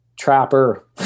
trapper